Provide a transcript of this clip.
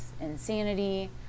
Insanity